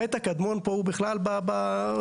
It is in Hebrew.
החטא הקדמון פה הוא בכלל בבסיס,